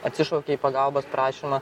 atsišaukė į pagalbos prašymą